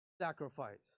sacrifice